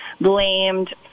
blamed